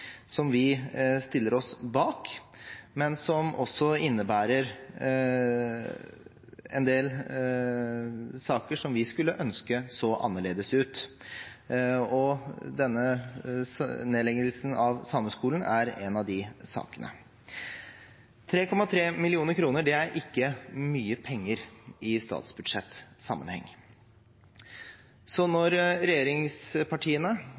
som vi stiller oss bak, men som også innebærer en del saker som vi skulle ønske så annerledes ut. Denne nedleggelsen av Sameskolen er en av de sakene. 3,3 mill. kr er ikke mye penger i statsbudsjettsammenheng. Når regjeringspartiene